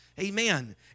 Amen